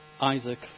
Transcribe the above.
Isaac